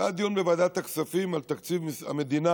כשהיה דיון בוועדת הכספים על תקציב המדינה,